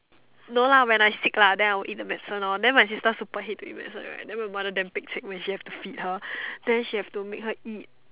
no lah when I sick lah then I'll eat the medicine lor then my sister super hate to eat medicine right the my mother damn pek-cek when she have to fee her then she have to make her eat